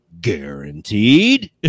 guaranteed